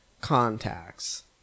contacts